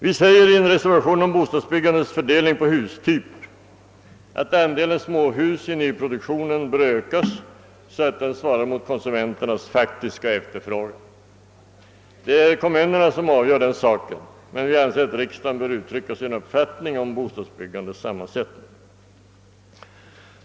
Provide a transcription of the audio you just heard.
Vi säger i en reservation om bostadsbyggandets fördelning på hustyper att andelen småhus i nyproduktionen bör ökas så, att den svarar mot konsumenternas faktiska efterfrågan. Det är kommunerna som avgör den saken, men vi anser att riksdagen bör uttrycka sin uppfattning om bostadsbyggandets sammansättning.